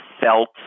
felt